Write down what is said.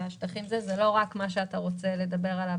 זה לא רק מה שאתה רוצה לדבר עליו,